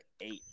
eight